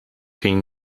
ging